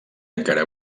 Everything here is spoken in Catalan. encara